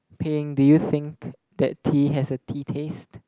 Ping do you think that tea has a tea taste